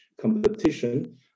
competition